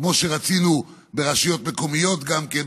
כמו שרצינו ברשויות מקומיות גם כן,